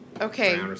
Okay